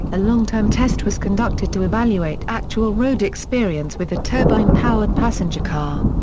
a long-term test was conducted to evaluate actual road experience with a turbine powered passenger car.